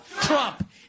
Trump